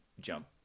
jump